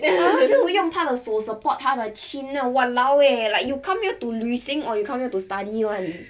then 他就用他的手 support 他的 chin ah !walao! eh like you come here to 旅行 or you come here to study [one]